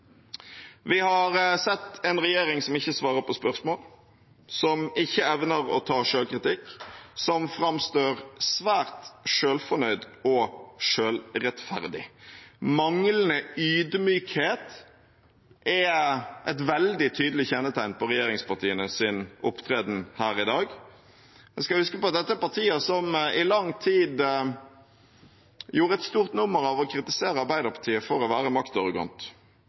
Vi har sett en regjering som ikke svarer på spørsmål, som ikke evner å ta selvkritikk, som framstår svært selvfornøyd og selvrettferdig. Manglende ydmykhet er et veldig tydelig kjennetegn på regjeringspartienes opptreden her i dag. En skal huske på at dette er partier som i lang tid gjorde et stort nummer av å kritisere Arbeiderpartiet for å være maktarrogant.